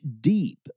deep